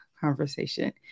conversation